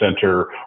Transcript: center